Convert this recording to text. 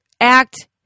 act